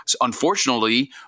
unfortunately